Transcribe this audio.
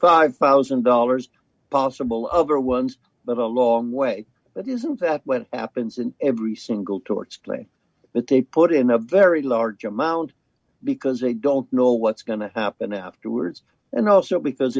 five thousand dollars possible over ones but a long way but isn't that what happens in every single torts claim that they put in the very large amount because they don't know what's going to happen afterwards and also because